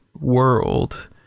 world